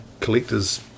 collectors